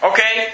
Okay